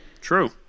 True